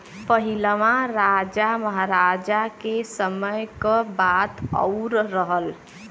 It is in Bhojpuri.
पहिलवा राजा महराजा के समय क बात आउर रहल